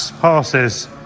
passes